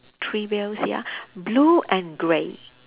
three wheels ya blue and grey